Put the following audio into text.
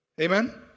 Amen